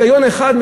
היגיון אחד,